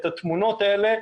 את התמונות האלה,